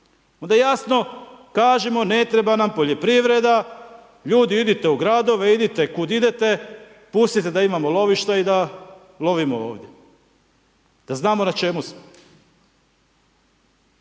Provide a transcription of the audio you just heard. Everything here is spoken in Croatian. Onda jasno kažimo ne treba nam poljoprivreda, ljudi idite u gradove, idite kud idete, pustite da imamo lovišta i da lovimo ovdje. Da znamo na čemu smo.